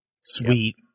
Sweet